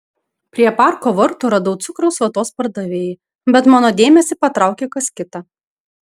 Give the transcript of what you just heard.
prie parko vartų radau cukraus vatos pardavėją bet mano dėmesį patraukė kas kita